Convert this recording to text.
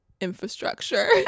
infrastructure